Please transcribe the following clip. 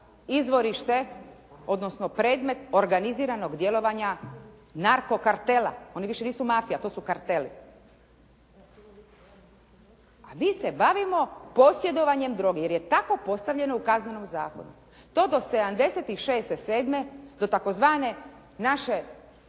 izvorište, odnosno predmet organiziranog djelovanja narko kartela, oni više nisu mafija, to su karteli, a mi se bavimo posjedovanjem droge jer je tako postavljeno u Kaznenom zakonu. To do 76.-77. do tzv. naše